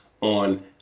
on